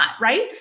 right